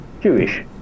Jewish